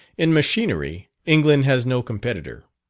in machinery, england has no competitor.